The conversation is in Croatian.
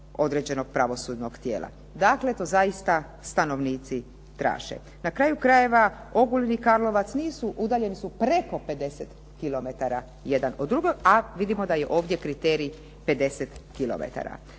određenog pravosudnog tijela. Dakle, to stanovnici traže. Na kraju krajeva Ogulin i Karlovac udaljeni su preko 50 kilometara jedan od drugog, a vidimo da je ovdje kriterij 50